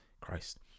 Christ